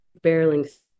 barreling